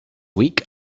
week